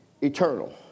eternal